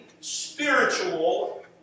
spiritual